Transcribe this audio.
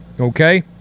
okay